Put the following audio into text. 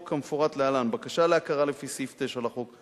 המפורט להלן: בקשה להכרה לפי סעיף 9 לחוק,